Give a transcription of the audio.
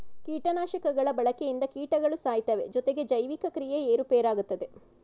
ಕೀಟನಾಶಕಗಳ ಬಳಕೆಯಿಂದ ಕೀಟಗಳು ಸಾಯ್ತವೆ ಜೊತೆಗೆ ಜೈವಿಕ ಕ್ರಿಯೆ ಏರುಪೇರಾಗುತ್ತದೆ